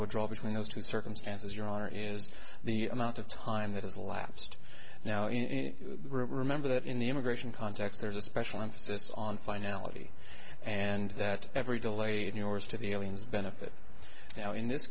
would draw between those two circumstances your honor is the amount of time that has lapsed now remember that in the immigration context there is a special emphasis on finality and that every delayed yours to the aliens benefit now in this